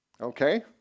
Okay